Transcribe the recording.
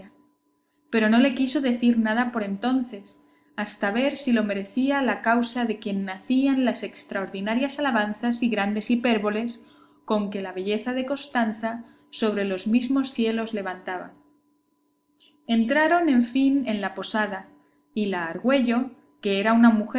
pero no le quiso decir nada por entonces hasta ver si lo merecía la causa de quien nacían las extraordinarias alabanzas y grandes hipérboles con que la belleza de costanza sobre los mismos cielos levantaba entraron en fin en la posada y la argüello que era una mujer